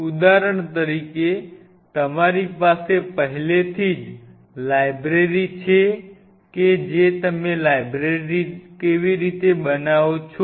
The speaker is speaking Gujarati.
ઉદાહરણ તરીકે તમારી પાસે પહેલેથી જ લાઇબ્રેરી છે કે તમે લાઇબ્રેરી કેવી રીતે બનાવો છો